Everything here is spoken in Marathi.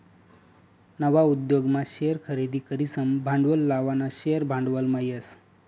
नवा उद्योगमा शेअर खरेदी करीसन भांडवल लावानं शेअर भांडवलमा येस